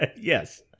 yes